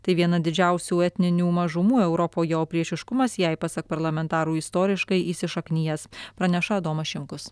tai viena didžiausių etninių mažumų europoje o priešiškumas jai pasak parlamentarų istoriškai įsišaknijęs praneša adomas šimkus